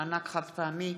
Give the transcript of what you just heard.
מענק חד-פעמי)